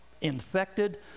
Infected